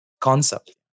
concept